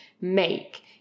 make